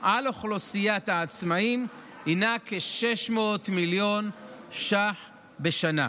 על אוכלוסיית העצמאים הינה כ-600 מיליון ש"ח בשנה.